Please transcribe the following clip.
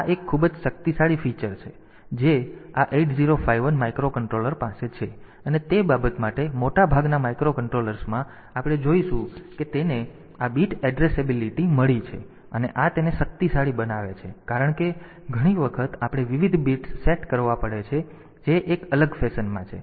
તેથી આ એક ખૂબ જ શક્તિશાળી લક્ષણ છે જે આ 8051 માઇક્રોકન્ટ્રોલર પાસે છે અને તે બાબત માટે મોટાભાગના માઇક્રોકન્ટ્રોલર્સમાં આપણે જોઈશું કે તેને આ બીટ એડ્રેસેબિલિટી મળી છે અને આ તેને શક્તિશાળી બનાવે છે કારણ કે ઘણી વખત આપણે વિવિધ બિટ્સ સેટ કરવા પડે છે જે એક અલગ ફેશનમાં છે